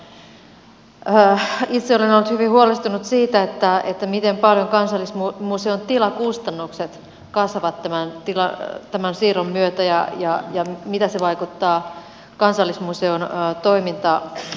itse olen ollut hyvin huolestunut siitä miten paljon kansallismuseon tilakustannukset kasvavat tämän siirron myötä ja miten se vaikuttaa kansallismuseon toimintamahdollisuuksiin